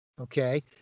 Okay